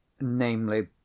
namely